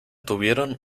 tuvieron